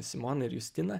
simona ir justina